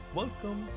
welcome